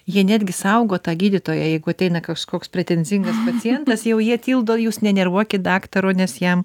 jie netgi saugo tą gydytoją jeigu ateina kažkoks pretenzingas pacientas jau jie tildo jūs nenervuokit daktaro nes jam